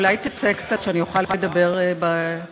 אולי תצא קצת כדי שאוכל לדבר באריכות?